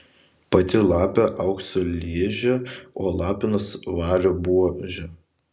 pati lapė aukso ližė o lapinas vario buožė